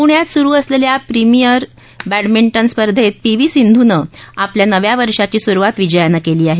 पुण्यात सुरु असलेल्या प्रिमिअर बॅडमिंटन स्पर्धेत पी व्ही सिंधूनं आपल्या नव्या वर्षाची सुरुवात विजयानं केली आहे